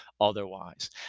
otherwise